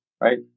right